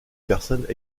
personnes